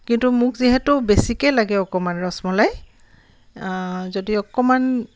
কিন্তু মোক যিহেতু বেছিকৈ লাগে অকণমান ৰসমলাই যদি অকণমান